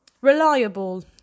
reliable